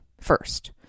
first